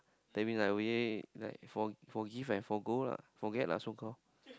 that means like we like for forgive and forgo lah forget lah so call